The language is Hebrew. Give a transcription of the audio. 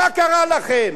מה קרה לכם?